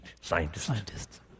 scientists